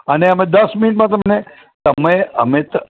અને અમે દસ મિનિટમાં તમને તમે અમે